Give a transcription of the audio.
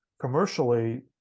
commercially